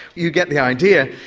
you get the idea.